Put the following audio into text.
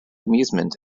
amusement